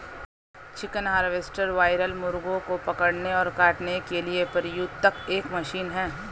chicken harvester broiler मुर्गों को पकड़ने और काटने के लिए प्रयुक्त एक मशीन है